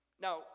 Now